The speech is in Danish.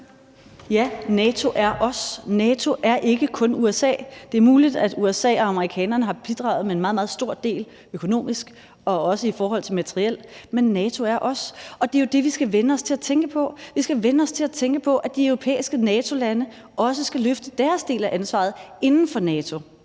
Ja, NATO er os. NATO er ikke kun USA. Det er muligt, at USA og amerikanerne har bidraget med en meget, meget stor del økonomisk og også i forhold til materiel, men NATO er os. Det er jo det, vi skal vænne os til at tænke på. Vi skal vænne os til at tænke på, at de europæiske NATO-lande også skal løfte deres del af ansvaret inden for NATO.